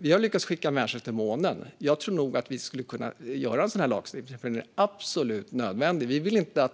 Vi har lyckats skicka människor till månen. Jag tror nog att vi skulle kunna skapa en sådan här lagstiftning, för den är absolut nödvändig. Vi vill inte att